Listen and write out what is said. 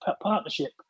partnership